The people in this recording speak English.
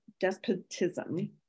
despotism